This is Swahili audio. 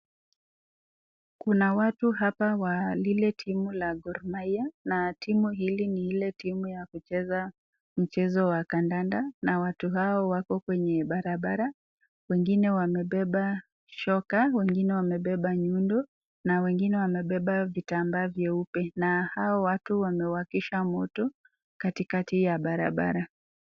Kuna watu hapa wa lile timu la Gor Mahia na timu hili ni ile timu ya kucheza mchezo wa kandanda na watu hawa wako kwenye barabara, wengine wamebeba shoka, wengine wamebeba nyundo na wengine wamebeba vitambaa vyeupe na watu hao wamewakisha moto katikati ya barabara.